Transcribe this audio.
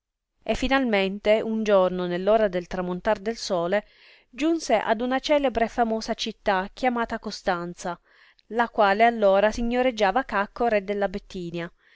e finalmente un giorno nell ora del tramontar del sole giunse ad una celebre e famosa città chiamata costanza la quale allora signoreggiava cacco re della bettinia